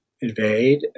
invade